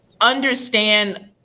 understand